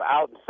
out